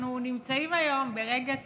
אנחנו נמצאים היום ברגע קריטי.